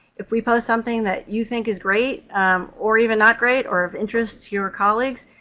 if we post something that you think is great or even not great or of interest to your colleagues,